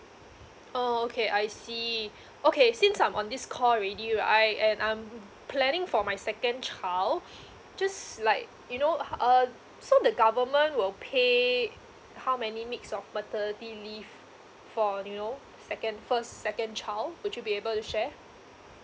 oh okay I see okay since I'm on this call already right and I'm planning for my second child just like you know how uh so the government will pay how many mix of maternity leave for you know second first second child would you be able to share